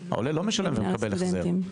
והעולה לא משלם ומקבל החזר.